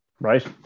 right